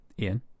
Ian